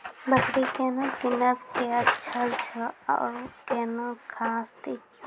बकरी केना कीनब केअचछ छ औरू के न घास दी?